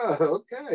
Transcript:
okay